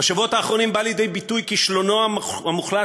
בשבועות האחרונים בא לידי ביטוי מלא כישלונו המוחלט